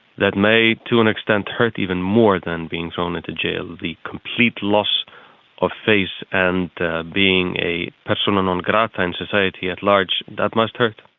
that may to an extent hurt even more than being thrown into jail, the complete loss of face and being a persona non grata in society at large, that must hurt.